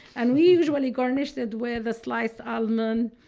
and we usually garnish it with sliced almond,